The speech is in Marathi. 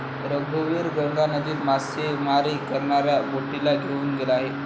रघुवीर गंगा नदीत मासेमारी करणाऱ्या बोटीला घेऊन गेला होता